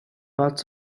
but